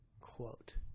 Quote